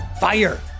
Fire